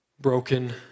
broken